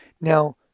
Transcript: Now